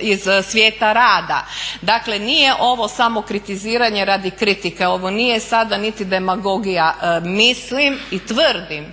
iz svijeta rada. Dakle nije ovo samo kritiziranje radi kritike, ovo nije sada niti demagogija. Mislim i tvrdim,